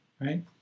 right